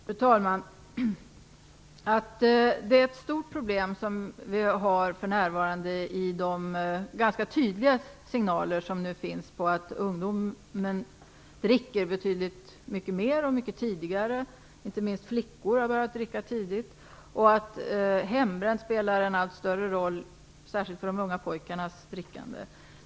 Fru talman! Det är alldeles klart att vi har ett stort problem för närvarande i de ganska tydliga signalerna på att ungdomar dricker betydligt mycket mer och tidigare - inte minst flickor har börjat dricka tidigt - och att hembränt spelar en allt större roll, särskilt för de unga pojkarnas drickande.